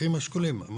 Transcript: באחים השכולים.